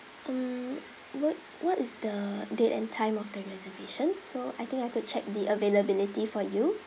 um what what is the date and time of the reservation so I think I could check the availability for you